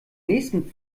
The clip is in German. nächsten